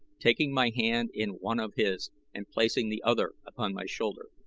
taking my hand in one of his and placing the other upon my shoulder.